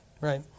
right